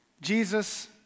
Jesus